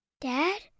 Dad